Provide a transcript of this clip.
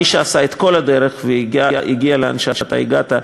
מי שעשה את כל הדרך והגיע לאן שאתה הגעת,